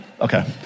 Okay